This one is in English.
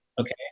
okay